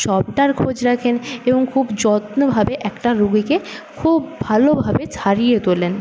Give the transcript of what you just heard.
সবটার খোঁজ রাখেন এবং খুব যত্নভাবে একটা রোগীকে খুব ভালোভাবে সারিয়ে তোলেন